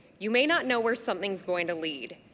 you may not know where something's going to lead.